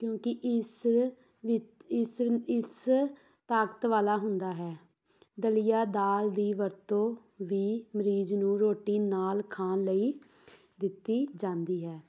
ਕਿਉਂਕਿ ਇਸ ਵਿੱਚ ਇਸ ਇਸ ਤਾਕਤ ਵਾਲਾ ਹੁੰਦਾ ਹੈ ਦਲੀਆ ਦਾਲ ਦੀ ਵਰਤੋਂ ਵੀ ਮਰੀਜ਼ ਨੂੰ ਰੋਟੀ ਨਾਲ ਖਾਣ ਲਈ ਦਿੱਤੀ ਜਾਂਦੀ ਹੈ